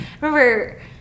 remember